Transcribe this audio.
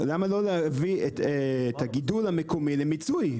למה לא להביא את הגידול המקומי למיצוי?